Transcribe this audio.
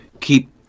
keep